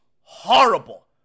horrible